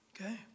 Okay